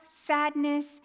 sadness